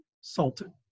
Sultan